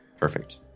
Perfect